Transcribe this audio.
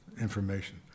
information